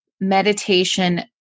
meditation